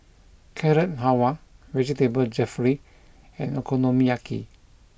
Carrot Halwa Vegetable Jalfrezi and Okonomiyaki